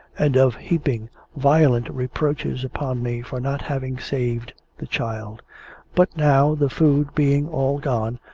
and of heaping violent reproaches upon me for not having saved the child but now, the food being all gone,